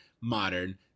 modern